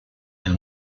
and